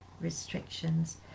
restrictions